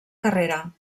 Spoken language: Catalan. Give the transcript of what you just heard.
carrera